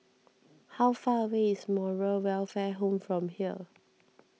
how far away is Moral Welfare Home from here